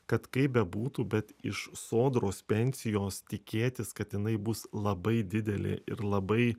kad kaip bebūtų bet iš sodros pensijos tikėtis kad jinai bus labai didelė ir labai